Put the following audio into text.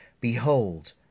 Behold